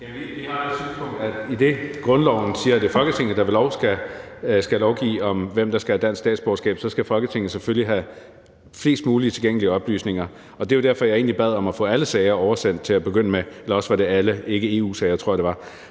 Vi har det synspunkt, at idet grundloven siger, at det er Folketinget, der ved lov skal lovgive om, hvem der skal have dansk statsborgerskab, så skal Folketinget selvfølgelig have flest mulige tilgængelige oplysninger. Det var jo egentlig derfor, jeg bad om at få alle sager oversendt til at begynde med; eller også var det alle ikke-EU-sager – det tror jeg det var.